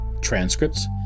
Transcripts